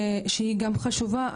שהיא גם חשובה,